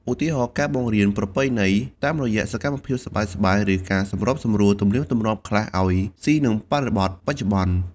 ឧទាហរណ៍ ការបង្រៀនប្រពៃណីតាមរយៈសកម្មភាពសប្បាយៗ ឬការសម្របសម្រួលទំនៀមទម្លាប់ខ្លះឲ្យស៊ីនឹងបរិបទបច្ចុប្បន្ន។